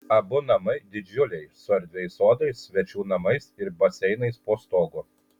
abu namai didžiuliai su erdviais sodais svečių namais ir baseinais po stogu